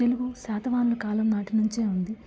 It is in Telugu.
తెలుగు శాతవాహనులు కాలం నాటినుంచే ఉంది